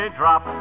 drop